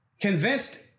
convinced